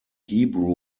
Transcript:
hebrew